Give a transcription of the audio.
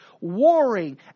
warring